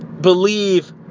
believe